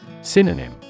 Synonym